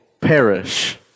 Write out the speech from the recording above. perish